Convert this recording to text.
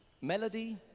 melody